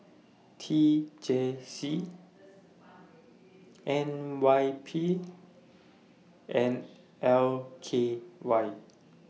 T J C N Y P and L K Y